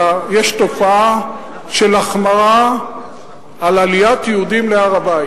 אלא יש תופעה של החמרה על עליית יהודים להר-הבית,